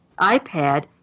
iPad